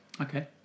Okay